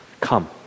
come